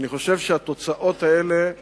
ואני חושב שהתוצאות האלה,